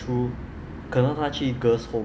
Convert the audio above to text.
true 可能他去 girls' home